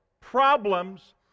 problems